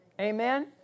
Amen